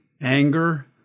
anger